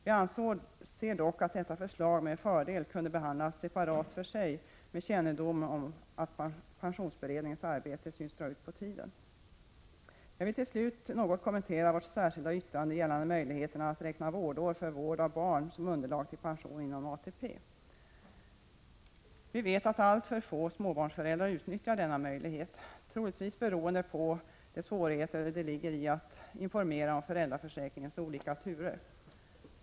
Vi anser dock att detta förslag med fördel kan behandlas separat, med kännedom om att pensionsberedningens arbete synes dra ut på tiden. Jag vill till slut något kommentera vårt särskilda yttrande gällande möjligheten att räkna vårdår för vård av barn som underlag till pension inom ATP-systemet. Vi vet att alltför få småbarnsföräldrar utnyttjar denna möjlighet, troligtvis beroende på de svårigheter som det ligger i att informera om föräldraförsäkringens olika turer.